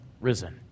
risen